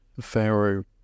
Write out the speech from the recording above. Pharaoh